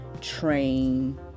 train